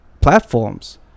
platforms